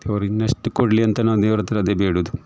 ದೇವರು ಇನ್ನಷ್ಟು ಕೊಡಲಿ ಅಂತ ನಾನು ದೇವರ ಹತ್ರ ಅದೇ ಬೇಡೋದು